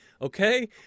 okay